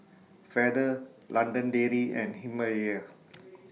Feather London Dairy and Himalaya